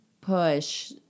push